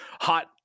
hot